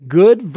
good